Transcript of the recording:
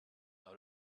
out